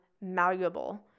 malleable